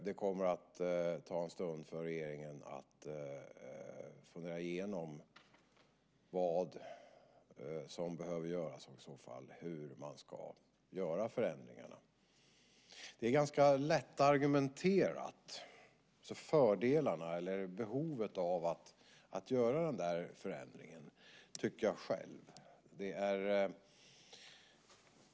Det kommer att ta en stund för regeringen att fundera igenom vad som behöver göras och i så fall hur man ska göra förändringarna. Behovet av att göra den här förändringen är ganska lättargumenterat. Det tycker jag själv.